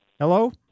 Hello